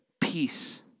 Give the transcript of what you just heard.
Peace